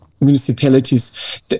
municipalities